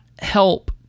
help